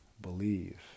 believe